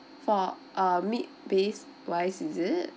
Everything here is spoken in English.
for uh meat base wise is it